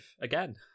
again